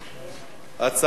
מס'